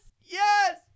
Yes